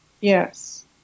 Yes